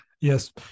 Yes